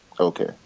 Okay